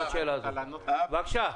בבקשה.